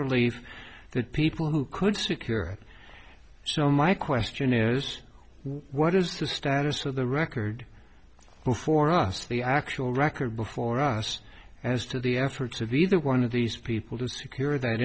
relief the people who could secure so my question is what is the status of the record before us the actual record before us as to the efforts of either one of these people to secure that